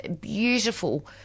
beautiful